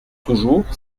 toujours